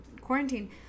quarantine